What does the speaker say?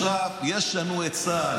עכשיו יש לנו את צה"ל.